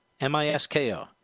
M-I-S-K-O